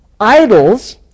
idols